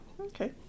Okay